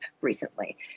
recently